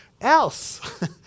else